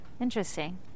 interesting